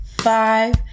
five